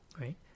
right